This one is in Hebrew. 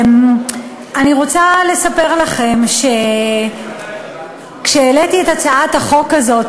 אני רוצה לספר לכם שכשהעליתי את הצעת החוק הזאת,